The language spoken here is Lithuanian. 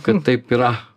kad taip yra